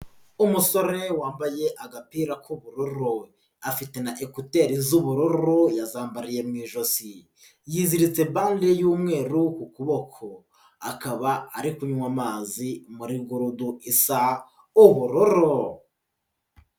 Umusore wambaye agapira k'uburururo, afite na ekuteri z'ubururu yazambariye mu ijosi, yiziritse bande y'umweru ku kuboko, akaba ari kunywa amazi muri gurudu isa ubururu.